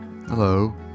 Hello